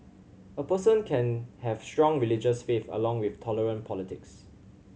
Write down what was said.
a person can have strong religious faith along with tolerant politics